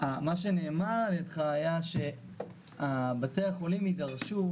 מה שנאמר על ידך היה שבתי החולים יידרשו,